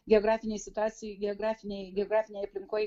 geografinei situacijai geografiniai geografinėj aplinkoj